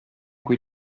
cui